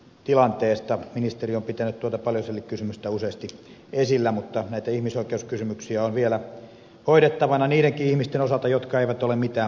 ministeri on pitänyt tuota paljusellikysymystä useasti esillä mutta näitä ihmisoikeuskysymyksiä on vielä hoidettavana niidenkin ihmisten osalta jotka eivät ole mitään pahaa koskaan tehneet